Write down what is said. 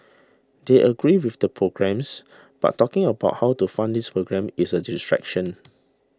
they agree with the programmes but talking about how to fund these programmes is a distraction